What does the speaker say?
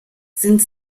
sind